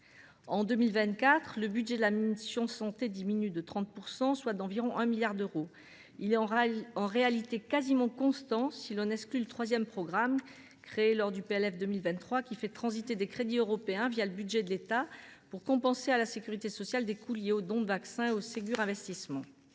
En 2024, le budget de la mission « Santé » diminue de 30 %, soit d’environ 1 milliard d’euros. Il est en réalité quasiment constant, si l’on exclut le troisième programme, créé lors du PLF 2023, qui fait transiter des crédits européens le budget de l’État pour compenser à la sécurité sociale des coûts liés aux dons de vaccins et au Ségur investissement.